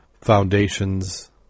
foundations